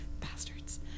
Bastards